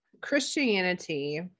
Christianity